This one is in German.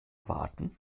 warten